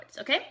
okay